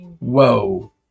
Whoa